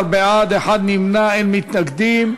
14 בעד, אחד נמנע, אין מתנגדים.